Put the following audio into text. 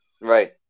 Right